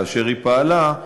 כאשר היא פעלה,